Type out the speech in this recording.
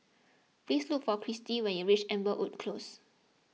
please look for Christi when you reach Amberwood Close